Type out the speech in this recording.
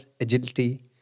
agility